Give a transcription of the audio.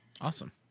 Awesome